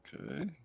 Okay